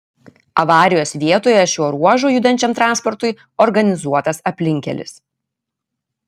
avarijos vietoje šiuo ruožu judančiam transportui organizuotas aplinkkelis